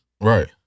Right